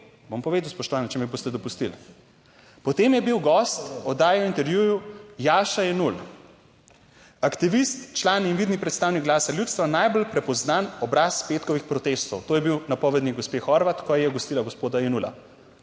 bom povedal spoštovana, če mi boste dopustili. Potem je bil gost oddaje v intervjuju Jaša Jenull, aktivist, član in vidni predstavnik, glasa ljudstva, najbolj prepoznan obraz petkovih protestov, to je bil napovednik gospe Horvat, ko je gostila gospoda Jenulla,